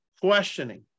questioning